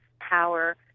power